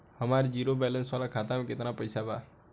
हमार zero balance वाला खाता में केतना पईसा बा?